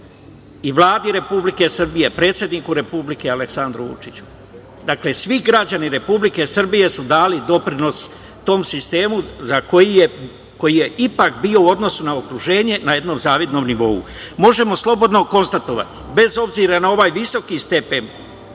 i Vladi Republike Srbije, predsedniku Republike Aleksandru Vučiću. Dakle, svi građani Republike Srbije su dali doprinos tom sistemu za koji je, ipak bio u odnosu na okruženje na jednom zavidnom nivou. Možemo slobodno konstatovati bez obzira na ovaj visoki stepen,